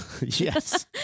Yes